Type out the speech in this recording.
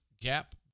gap